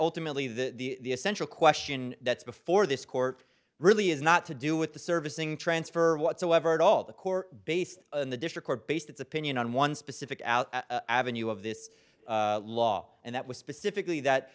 ultimately the essential question that's before this court really is not to do with the servicing transfer whatsoever but all the court based in the district were based its opinion on one specific avenue of this law and that was specifically that